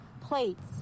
plates